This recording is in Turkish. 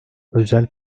özel